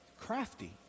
crafty